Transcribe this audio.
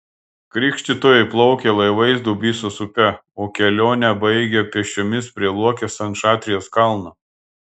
krikštytojai plaukė laivais dubysos upe o kelionę baigė pėsčiomis prie luokės ant šatrijos kalno